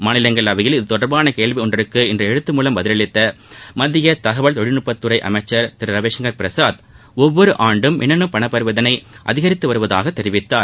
மாநிலங்களவையில் இது தொடர்பாள கேள்விக்கு இன்று எழுத்து மூலம் அளித்த பதிலில் மத்திய தகவல் தொழில்நுட்பத்துறை அமைச்சர் திரு ரவிசங்கர் பிரசாத் ஒவ்வோர் ஆண்டும் மின்னணு பணப்பரிவர்த்தனை அதிகரித்துவருவதாக தெரிவித்தார்